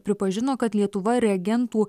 pripažino kad lietuva reagentų